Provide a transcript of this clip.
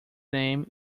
name